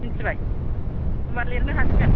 मिथिबाय होनबा लिरनो हासिगोन